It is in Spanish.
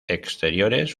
exteriores